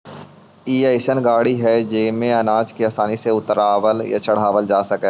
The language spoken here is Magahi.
ई अइसन गाड़ी हई जेमे अनाज के आसानी से उतारल चढ़ावल जा सकऽ हई